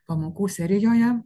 pamokų serijoje